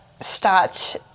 start